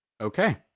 Okay